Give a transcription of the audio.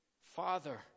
Father